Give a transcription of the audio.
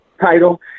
title